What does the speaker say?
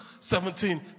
17